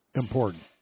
important